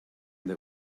that